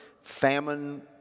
famine